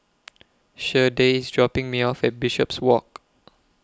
Shardae IS dropping Me off At Bishopswalk